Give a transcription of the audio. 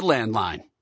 Landline